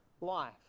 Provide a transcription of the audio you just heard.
life